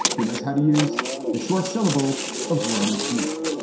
he knows how to use the short syllables of word. and smith.